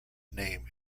name